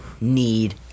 need